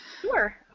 Sure